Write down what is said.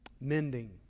mending